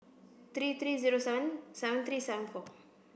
three three zero seven seven three seven four